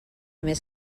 més